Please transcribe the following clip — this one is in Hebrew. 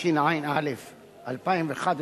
התשע"א 2011,